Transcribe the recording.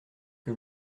que